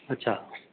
अच्छा